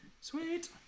Sweet